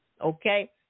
Okay